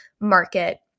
market